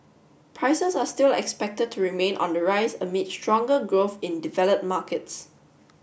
prices are still expected to remain on the rise amid stronger growth in developed markets